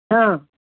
हां